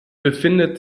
befindet